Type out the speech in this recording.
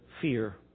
fear